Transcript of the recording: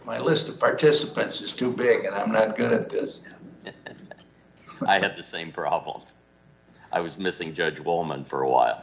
my list of participants is too big i'm not good at this i had the same problem i was missing judge wellman for a while